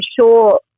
sure